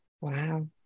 Wow